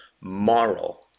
moral